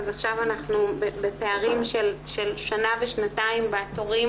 אז עכשיו אנחנו בפערים של שנה ושנתיים בתורים